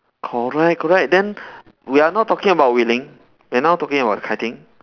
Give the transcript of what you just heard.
correct correct then we are not talking about wei-ling we are now talking about kai-ting